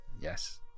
Yes